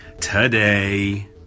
today